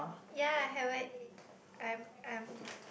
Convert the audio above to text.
ya haven't eat I'm I'm